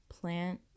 plant